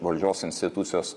valdžios institucijos